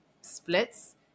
splits